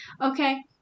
Okay